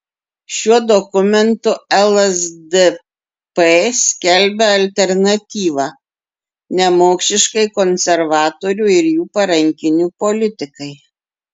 šiuo dokumentu lsdp skelbia alternatyvą nemokšiškai konservatorių ir jų parankinių politikai